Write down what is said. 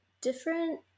different